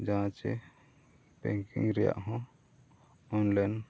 ᱡᱟᱦᱟᱸ ᱪᱮ ᱵᱮᱝᱠᱤᱝ ᱨᱮᱭᱟᱜ ᱦᱚᱸ ᱚᱱᱞᱟᱭᱤᱱ